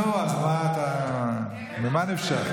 נו, אז ממה נפשך?